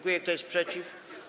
Kto jest przeciw?